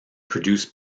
produced